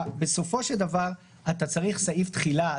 בסופו של דבר אתה צריך סעיף תחילה,